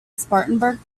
spartanburg